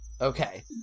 Okay